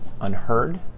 unheard